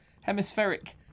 hemispheric